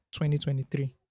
2023